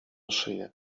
szyję